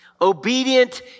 Obedient